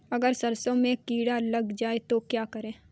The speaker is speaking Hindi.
अगर सरसों में कीड़ा लग जाए तो क्या करें?